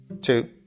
two